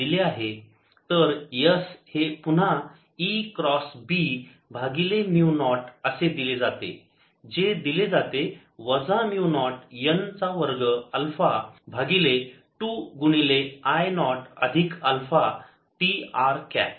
तर S हे पुन्हा E क्रॉस B भागिले म्यु नॉट असे दिले जाते जे दिले जाते वजा म्यु नॉट n चा वर्ग अल्फा भागिले 2 गुणिले I नॉट अधिक अल्फा t r कॅप